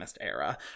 era